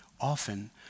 Often